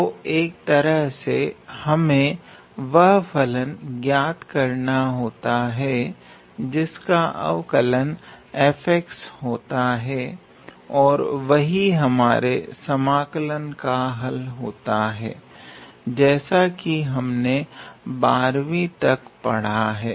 तो एक तरह से हमें वह फलन ज्ञात करना होता है जिसका अवकलन होता है और वही हमारे समाकलन का हल होता है जैसा कि हमने 12वीं तक पढ़ा है